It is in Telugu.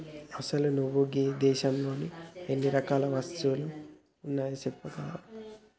అసలు నువు గీ దేసంలో ఎన్ని రకాల పసువులు ఉన్నాయో సెప్పగలవా